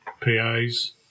PAs